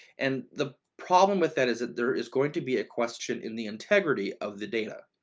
and the problem with that is that there is going to be a question in the integrity of the data.